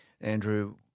Andrew